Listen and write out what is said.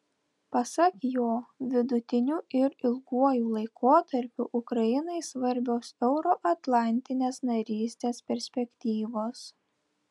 pasak jo vidutiniu ir ilguoju laikotarpiu ukrainai svarbios euroatlantinės narystės perspektyvos